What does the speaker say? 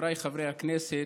חבריי חברי הכנסת,